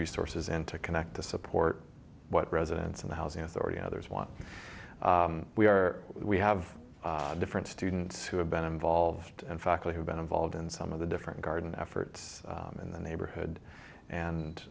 resources into connect to support what residents in the housing authority others want we are we have different students who have been involved in fact we have been involved in some of the different garden efforts in the neighborhood and